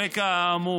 על רקע האמור,